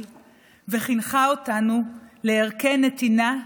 היא שהפכה לאשת חיל וחינכה אותנו לערכי נתינה,